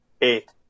eight